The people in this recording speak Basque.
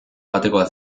batekoa